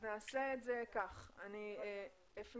נעשה את זה כאן, אני אפנה